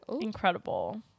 Incredible